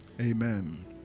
Amen